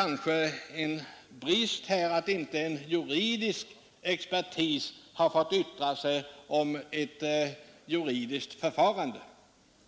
är en brist att inte juridisk expertis har fått yttra sig om ett juridiskt förfarande.